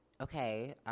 okay